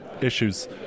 issues